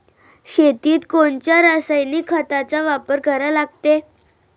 शेतीत कोनच्या रासायनिक खताचा वापर करा लागते?